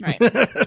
right